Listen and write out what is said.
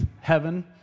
heaven